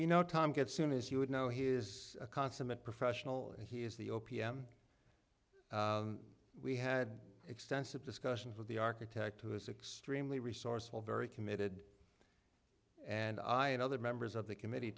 you know tom get soon as you would know he is a consummate professional and he is the o p m we had extensive discussions with the architect who is extremely resourceful very committed and i and other members of the committee